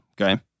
Okay